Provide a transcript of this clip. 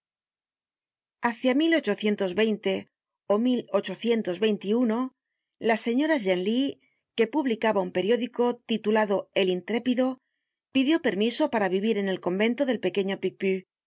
señora estrepitini hácia ó la señora genlis que publicaba un periódico titulado el intrépido pidió permiso para vivir en el convento del pequeño